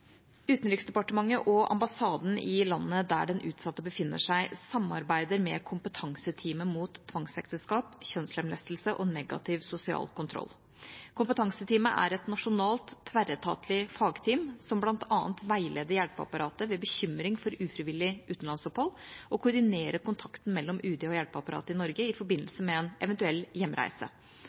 Utenriksdepartementet og ambassaden i landet der den utsatte befinner seg, samarbeider med kompetanseteamet mot tvangsekteskap, kjønnslemlestelse og negativ sosial kontroll. Kompetanseteamet er et nasjonalt tverretatlig fagteam, som bl.a. veileder hjelpeapparatet ved bekymring for ufrivillig utenlandsopphold og koordinerer kontakten mellom UD og hjelpeapparatet i Norge i forbindelse med en eventuell hjemreise.